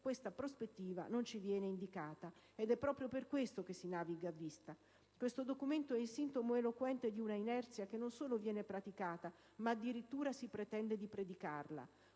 questa prospettiva non ci viene indicata; proprio per questo si naviga a vista. Questo documento è il sintomo eloquente di una inerzia che non solo viene praticata, ma che addirittura si pretende di predicare.